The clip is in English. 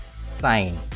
sign